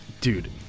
Dude